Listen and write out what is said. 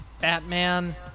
Batman